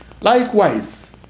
Likewise